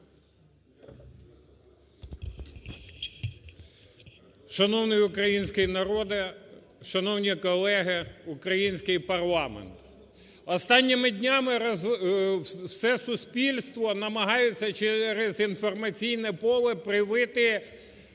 Шановний український народе! Шановні колеги, український парламент! Останніми днями все суспільство намагається через інформаційне поле привити